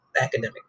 academic